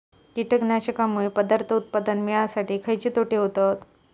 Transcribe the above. कीटकांनमुळे पदार्थ उत्पादन मिळासाठी खयचे तोटे होतत?